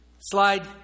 Slide